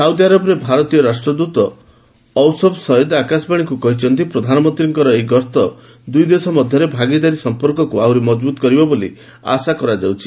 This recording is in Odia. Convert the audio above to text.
ସାଉଦି ଆରବରେ ଭାରତୀୟ ରାଷ୍ଟ୍ରଦୃତ ଔସଫ୍ ସଇଦ୍ ଆକାଶବାଣୀକୁ କହିଛନ୍ତି ପ୍ରଧାନମନ୍ତ୍ରୀଙ୍କର ଏହି ଗସ୍ତ ଦୁଇ ଦେଶ ମଧ୍ୟରେ ଭାଗିଦାରୀ ସମ୍ପର୍କକୁ ଆହୁରି ମଜବୁତ କରିବ ବୋଲି ଆଶା କରାଯାଉଛି